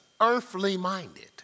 earthly-minded